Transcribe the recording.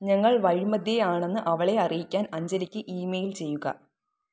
ഞങ്ങൾ വഴിമധ്യേയാണെന്ന് അവളെ അറിയിക്കാൻ അഞ്ജലിക്ക് ഇ മെയിൽ ചെയ്യുക